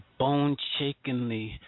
bone-shakingly